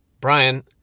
Brian